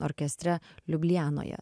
orkestre liublianoje